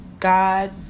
God